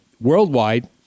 worldwide